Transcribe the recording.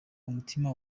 umutima